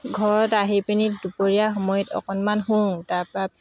ঘৰত আহি পিনি দুপৰীয়া সময়ত অকণমান শোওঁ তাৰ পৰা